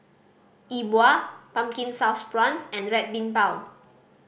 E Bua Pumpkin Sauce Prawns and Red Bean Bao